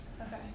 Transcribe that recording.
Okay